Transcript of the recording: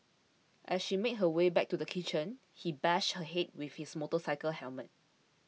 as she made her way back to the kitchen he bashed her head with his motorcycle helmet